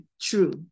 true